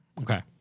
Okay